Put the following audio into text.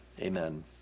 amen